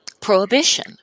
prohibition